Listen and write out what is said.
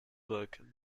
book